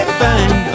find